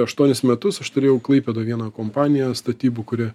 aštuonis metus aš turėjau klaipėdoj vieną kompaniją statybų kuri